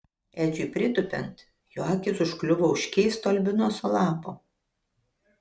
edžiui pritūpiant jo akys užkliuvo už keisto albinoso lapo